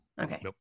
Okay